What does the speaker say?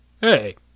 Hey